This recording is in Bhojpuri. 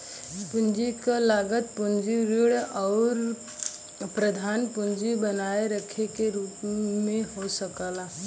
पूंजी क लागत पूंजी ऋण आउर प्रधान पूंजी बनाए रखे के रूप में हो सकला